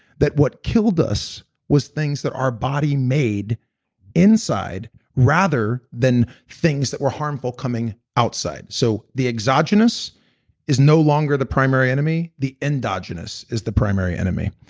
that what killed us was things that our body made inside rather than things that were harmful coming outside. so the exogenous is no longer the primary enemy, the endogenous is the primary enemy.